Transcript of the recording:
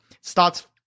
starts